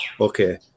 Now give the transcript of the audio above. okay